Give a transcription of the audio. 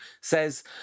says